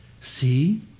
See